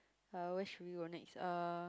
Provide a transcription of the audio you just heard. uh wish we were next uh